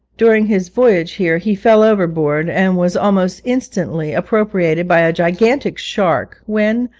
during his voyage here he fell overboard, and was almost instantly appropriated by a gigantic shark, when,